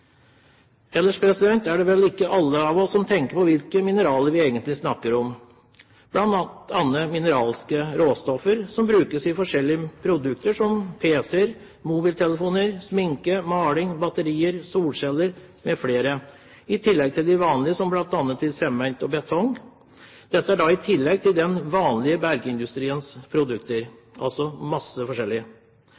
Ellers er det vel ikke alle av oss som tenker på hvilke mineraler vi egentlig snakker om – bl.a. mineralske råstoffer som brukes i forskjellige produkter som pc-er, mobiltelefoner, sminke, maling, batterier, solceller mfl., i tillegg til de vanlige, som bl.a. i sement og betong. Dette kommer da i tillegg til bergindustriens vanlige produkter,